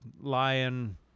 lion